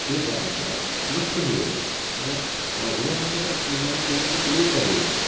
ଏଇଟା ସେଇଟା ନଷ୍ଟ ହୋଇଯାଉଛି ମାନେ ଓଡ଼ିଆ ଭାଷାଟା ମାନେ ଦିନକୁ ଦିନ ଲୋପ ପାଇଯାଉଛି